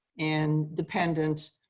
and dependent,